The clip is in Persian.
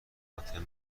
آتن